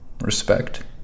Respect